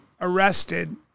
arrested